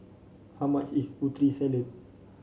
how much is Putri Salad